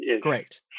Great